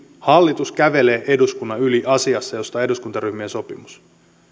hallitus kävelee eduskunnan yli asiassa josta on eduskuntaryhmien sopimus